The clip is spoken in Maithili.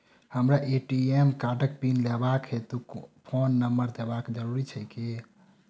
हमरा ए.टी.एम कार्डक पिन लेबाक हेतु फोन नम्बर देबाक जरूरी छै की?